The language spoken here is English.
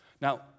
Now